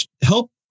help